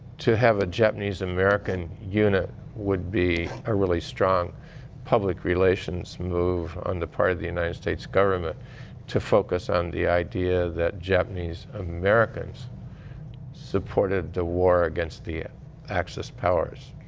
to have a japanese-american unit would be a really strong public relations move on the part of the united states government to focus on the idea that japanese americans supported the war against ah axis powers,